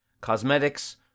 Cosmetics